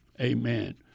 Amen